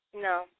No